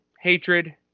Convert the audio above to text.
hatred